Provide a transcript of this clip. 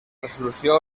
resolució